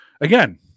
Again